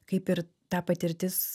kaip ir ta patirtis